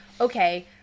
okay